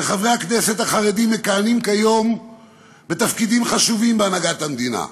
וחברי הכנסת החרדים מכהנים כיום בתפקידים חשובים בהנהגת המדינה.